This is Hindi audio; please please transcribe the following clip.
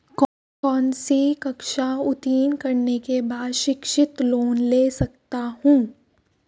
कौनसी कक्षा उत्तीर्ण करने के बाद शिक्षित लोंन ले सकता हूं?